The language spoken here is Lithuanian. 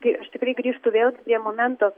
tai aš tikrai grįžtu vėl prie momento